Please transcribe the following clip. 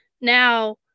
now